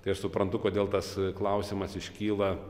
tai aš suprantu kodėl tas klausimas iškyla